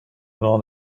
non